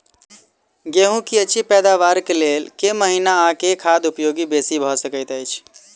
गेंहूँ की अछि पैदावार केँ लेल केँ महीना आ केँ खाद उपयोगी बेसी भऽ सकैत अछि?